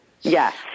Yes